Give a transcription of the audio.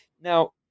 Now